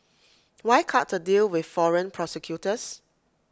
why cut A deal with foreign prosecutors